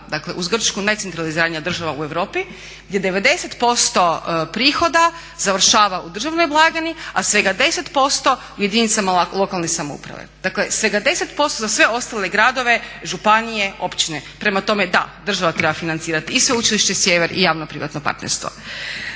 dakle uz Grčku najcentraliziranija država u Europi gdje 90% prihoda završava u državnoj blagajni a svega 10% u jedinicama lokalne samouprave. Dakle svega 10% za sve ostale gradove, županije, općine. Prema tome da, država treba financirati i Sveučilište Sjever i javno privatno partnerstvo.